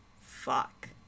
fuck